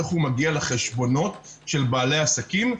איך הוא מגיע לחשבונות של בעלי העסקים.